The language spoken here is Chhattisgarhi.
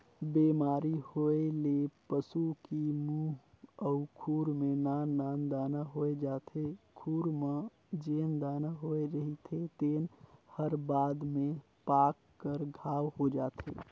बेमारी होए ले पसू की मूंह अउ खूर में नान नान दाना होय जाथे, खूर म जेन दाना होए रहिथे तेन हर बाद में पाक कर घांव हो जाथे